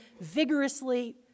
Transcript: vigorously